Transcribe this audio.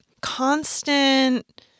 constant